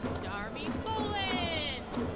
darby bolan.